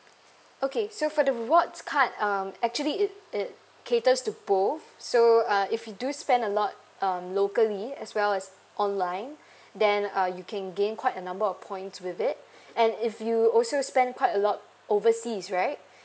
okay so for the rewards card um actually it it caters to both so uh if you do spend a lot um locally as well as online then uh you can gain quite a number of points with it and if you also spend quite a lot overseas right